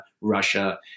russia